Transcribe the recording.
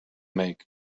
make